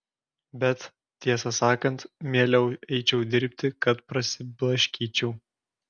bet tiesą sakant mieliau eičiau dirbti kad prasiblaškyčiau